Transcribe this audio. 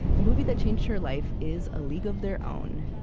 the movie that changed her life is a league of their own.